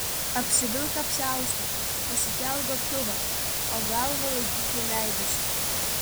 apsivilk apsiaustą pasikelk gobtuvą o galvą laikyk nuleidusi